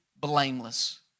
blameless